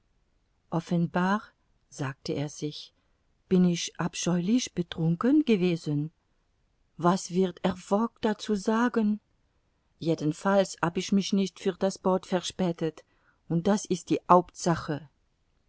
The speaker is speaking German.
offenbar sagte er sich bin ich abscheulich betrunken gewesen was wird herr fogg dazu sagen jedenfalls hab ich mich nicht für das boot verspätet und das ist die hauptsache